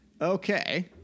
Okay